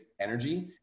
energy